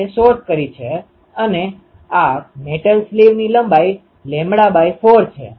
તેથી પેટર્ન એન્ટેનાઓને જોડતી રેખાને સપ્રમાણ હશે કારણ કે X અક્ષમાં આપણે બે એન્ટેના એલીમેન્ટને સપ્રમાણ બનાવ્યા છે